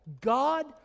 God